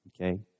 Okay